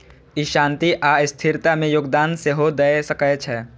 ई शांति आ स्थिरता मे योगदान सेहो दए सकै छै